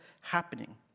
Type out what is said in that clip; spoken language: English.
happening